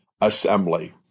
assembly